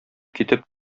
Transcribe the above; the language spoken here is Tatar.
китеп